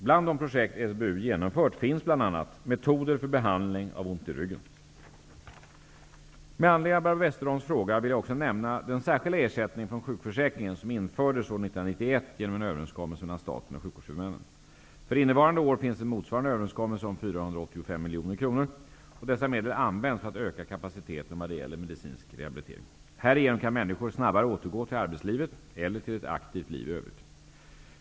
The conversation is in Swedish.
Bland de projekt SBU genomfört finns Metoder för behandling av ont i ryggen. Med anledning av Barbro Westerholms fråga vill jag också nämna den särskilda ersättning från sjukförsäkringen som infördes år 1991 genom en överenskommelse mellan staten och sjukvårdshuvudmännen. För innevarande år finns en motsvarande överenskommelse om 485 miljoner kronor. Dessa medel används för att öka kapaciteten vad gäller medicinsk rehabilitering. Härigenom kan människor snabbare återgå till arbetslivet eller till ett aktivt liv i övrigt.